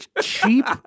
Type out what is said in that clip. cheap